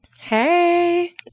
Hey